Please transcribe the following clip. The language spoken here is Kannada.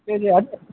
ಕೆಜಿ